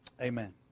amen